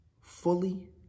fully